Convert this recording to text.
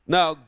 Now